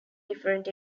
different